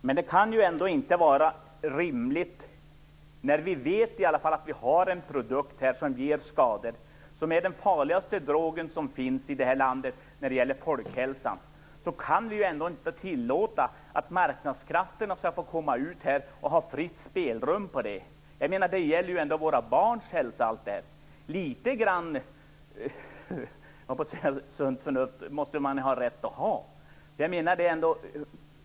Fru talman! Det kan ändå inte vara rimligt, när vi vet att vi har en produkt som ger skador och som är den farligaste drog som finns i det här landet när det gäller folkhälsan, att tillåta marknadskrafterna att komma ut och ha fritt spelrum här. Det gäller ju ändå våra barns hälsa! Litet grand sunt förnuft måste man ha rätt att ha.